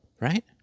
right